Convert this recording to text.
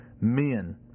men